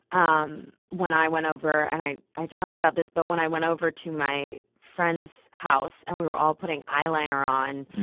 um when i went over and i i talked about this but when i went over to my friend's house, and we were all putting eyeliner on.